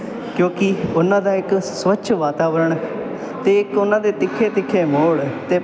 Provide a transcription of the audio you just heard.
ਕਿਉਂਕਿ ਉਹਨਾਂ ਦਾ ਇੱਕ ਸਵੱਛ ਵਾਤਾਵਰਣ ਅਤੇ ਇੱਕ ਉਹਨਾਂ ਦੇ ਤਿੱਖੇ ਤਿੱਖੇ ਮੋੜ ਅਤੇ